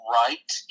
right